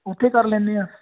ਉੱਥੇ ਕਰ ਲੈਂਦੇ ਹਾਂ